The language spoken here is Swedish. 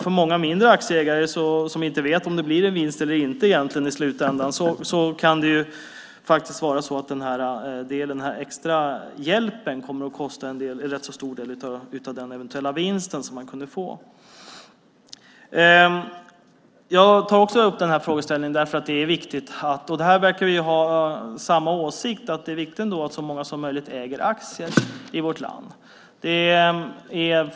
För många mindre aktieägare som inte vet om det blir en vinst eller inte i slutändan kan den extra hjälpen faktiskt kosta en rätt stor del av den eventuella vinst som de kanske skulle kunna få. Jag tar också upp den här frågeställningen därför att det ändå är viktigt - och det här verkar vi ha samma åsikt om - att så många som möjligt äger aktier i vårt land.